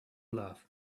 love